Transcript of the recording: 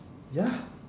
ya